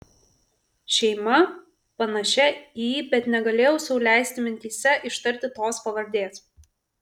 šeima panašia į bet negalėjau sau leisti mintyse ištarti tos pavardės